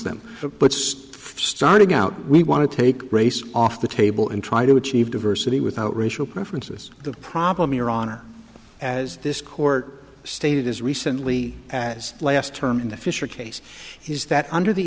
first starting out we want to take race off the table and try to achieve diversity without racial preferences the problem your honor as this court stated as recently as last term in the fisher case is that under the